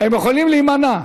הם יכולים להימנע.